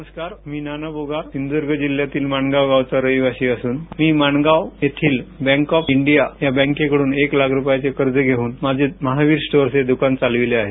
नमस्कार मी नाना बोगर सिंधुदुर्ग जिल्हयातील मांडगावचा रहिवासी असून मी मांडगाव येथील बॅक ऑफ डिया या बॅकेकडून एक लाख रूपयांचे कर्ज घेऊन माझे महावीर स्टोअर हे दुकान चालविले आहे